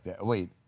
Wait